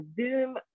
Zoom